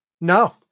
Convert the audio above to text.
No